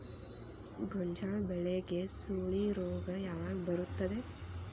ಗೋಂಜಾಳ ಬೆಳೆಗೆ ಸುಳಿ ರೋಗ ಯಾವಾಗ ಬರುತ್ತದೆ?